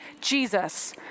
Jesus